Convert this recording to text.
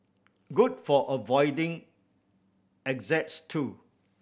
good for avoiding exes too